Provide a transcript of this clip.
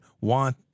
want